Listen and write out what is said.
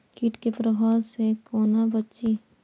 कीट के प्रभाव से कोना बचीं?